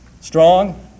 strong